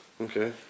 Okay